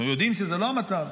אנחנו יודעים שזה לא המצב.